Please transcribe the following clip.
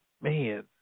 Man